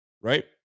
right